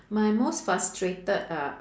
my most frustrated ah